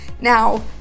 Now